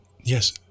yes